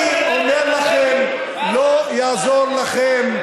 אני אומר לכם: לא יעזור לכם,